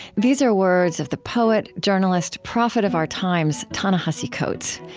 these are words of the poet, journalist, prophet of our times, ta-nehisi coates.